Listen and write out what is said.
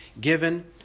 given